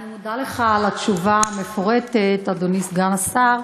אני מודה לך על התשובה המפורטת, אדוני סגן השר.